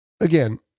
again